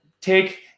take